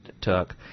took